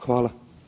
Hvala.